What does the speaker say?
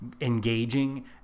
engaging